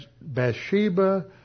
Bathsheba